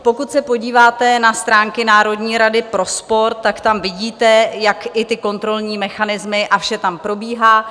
Pokud se podíváte na stránky Národní rady pro sport, tak tam vidíte, jak i kontrolní mechanismy a vše tam probíhá.